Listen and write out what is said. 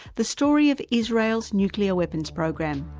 the story of israel's nuclear weapons program.